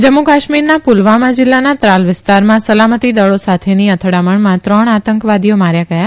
જમ્મુ કાશ્મીરના પુલવામાં જિલ્લાના ત્રાલ વિસ્તારમાં સલામતી દળો સાથેની અથડામણમાં ત્રણ આતંકવાદીઓ માર્યા ગયા